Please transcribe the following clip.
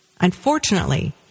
Unfortunately